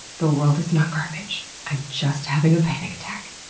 the world is not garbage. i'm just having a panic attack.